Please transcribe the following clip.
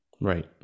Right